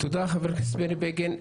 תודה, חבר הכנסת בני בגין.